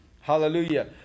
Hallelujah